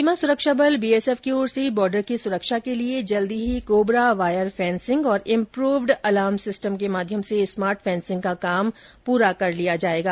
सीमा सुरक्षा बल बीएसएफ की ओर से बॉर्डर की सुरक्षा लिए जल्द ही कोबरा वायर फेंसिंग और इम्प्रूव्ड अलार्म सिस्टम के माध्यम से स्मार्ट फेंसिंग का काम जेल्द पूरा किया जाएगा